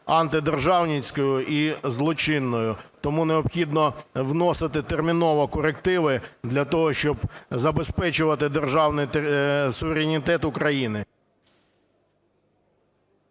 антидержавницькою і злочинною. Тому необхідно вносити терміново корективи для того, щоб забезпечувати державний суверенітет України.